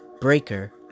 Breaker